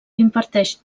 imparteix